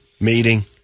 meeting